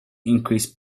increase